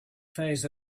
phase